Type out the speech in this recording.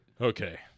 okay